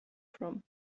from